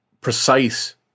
precise